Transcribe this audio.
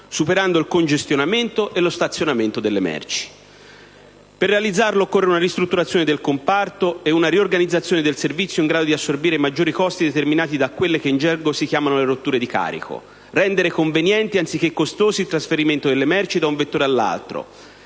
superando il congestionamento e lo stazionamento delle merci. Per realizzare tutto ciò occorre una ristrutturazione del comparto e una riorganizzazione del servizio in grado di assorbire i maggiori costi determinati da quelle che in gergo si chiamano le rotture di carico. Rendere conveniente anziché costoso il trasferimento delle merci da un vettore all'altro